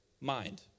mind